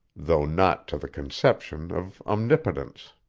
though not to the conception, of omnipotence.